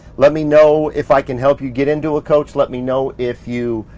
let me know if i can help you get into a coach. let me know if you